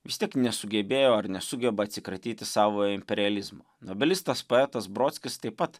vis tiek nesugebėjo ar nesugeba atsikratyti savojo imperializmo novelistas poetas brodskis taip pat